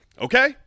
Okay